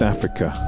Africa